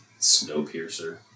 Snowpiercer